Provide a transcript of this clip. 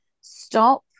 Stop